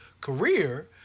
career